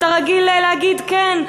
אתה רגיל להגיד כן,